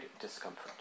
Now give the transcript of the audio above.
discomfort